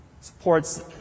supports